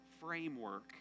framework